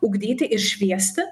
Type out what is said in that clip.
ugdyti ir šviesti